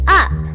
up